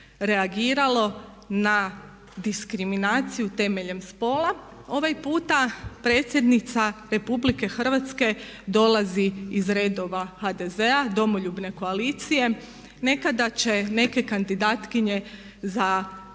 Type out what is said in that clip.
reagiralo na diskriminaciju temeljem spola. Ovaj puta predsjednica Republike Hrvatske dolazi iz redova HDZ-a, Domoljubne koalicije. Nekada će neke kandidatkinje za